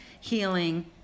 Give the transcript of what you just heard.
healing